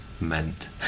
meant